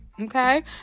okay